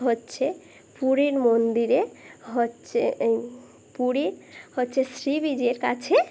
হচ্ছে পুরীর মন্দিরে হচ্ছে পুরীর হচ্ছে সি বিচের কাছে